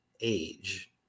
age